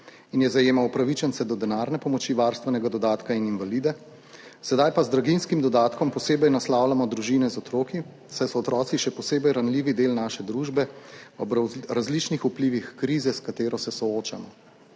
in je zajemal upravičence do denarne pomoči, varstvenega dodatka in invalide, sedaj pa z draginjskim dodatkom posebej naslavljamo družine z otroki, saj so otroci še posebej ranljivi del naše družbe ob različnih vplivih krize, s katero se soočamo.